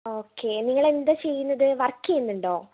okay നിങ്ങൾ എന്താണ് ചെയ്യുന്നത് വർക്ക് ചെയ്യുന്നുണ്ടോ